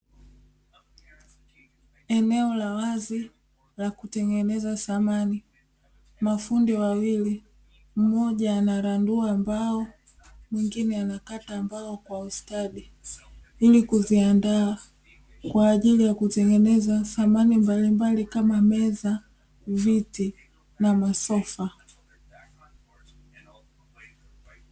Eneo la wazi la kutengeneza samani. Mafundi wawili, mmoja anarandua mbao, mwingine anakata mbao kwa ustadi ili kuziandaa kwa ajili ya kutengeneza samani mbalimbali kama meza, viti na Masofa.